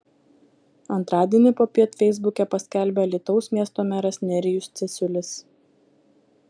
antradienį popiet feisbuke paskelbė alytaus miesto meras nerijus cesiulis